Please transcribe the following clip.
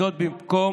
במקום